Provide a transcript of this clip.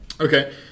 okay